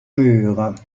murs